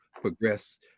progress